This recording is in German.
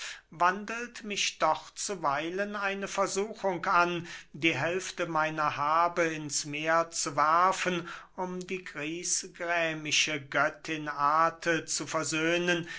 wandelt mich doch zuweilen eine versuchung an die hälfte meiner habe ins meer zu werfen um die grießgrämische göttin ate zu versöhnen